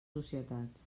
societats